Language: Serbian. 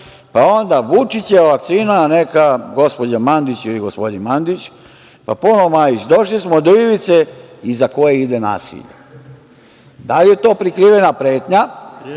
Onda - Vučićeva vakcina, neka gospođa Mandić ili gospodin Mandić, pa ponovo Majić – došli smo do ivice iza koje ide nasilje. Da li je to prikrivena pretnja?